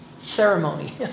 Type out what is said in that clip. ceremony